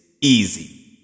easy